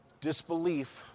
Disbelief